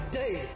day